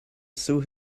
sue